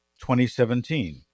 2017